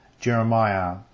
Jeremiah